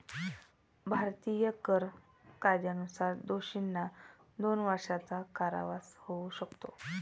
भारतीय कर कायद्यानुसार दोषींना दोन वर्षांचा कारावास होऊ शकतो